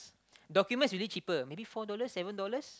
documents really cheaper maybe four dollars seven dollars